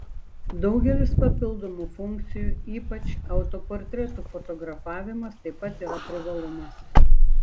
daugelis papildomų funkcijų ypač autoportretų fotografavimas taip pat yra privalumas